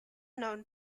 known